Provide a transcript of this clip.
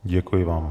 Děkuji vám.